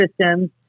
systems